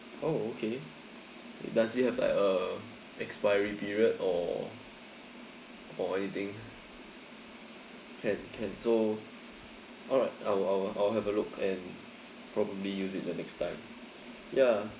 oh okay does it have like uh expiry period or or anything can can so alright I'll I'll I'll have a look and probably use it the next time ya